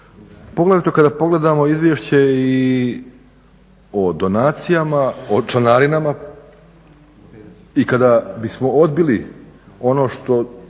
poglavito kada pogledamo izvješće i o donacijama, o članarinama i kada bismo odbili ono što